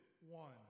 one